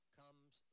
comes